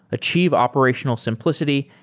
achieve operational simplicity,